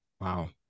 Wow